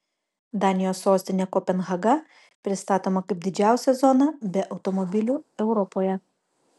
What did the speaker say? danijos sostinė kopenhaga pristatoma kaip didžiausia zona be automobilių europoje